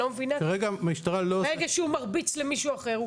ברגע שהוא מרביץ למישהו אחר,